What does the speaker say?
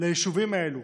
ליישובים האלה,